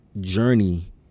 journey